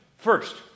First